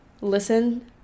listen